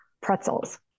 pretzels